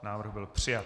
Návrh byl přijat.